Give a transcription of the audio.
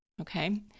okay